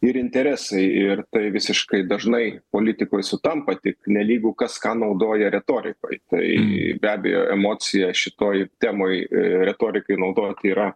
ir interesai ir tai visiškai dažnai politikoj sutampa tik nelygu kas ką naudoja retorikoj tai be abejo emocija šitoj temoj retorikai naudoti yra